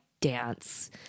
dance